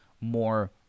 more